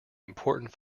important